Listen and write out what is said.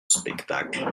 spectacle